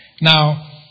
Now